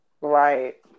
Right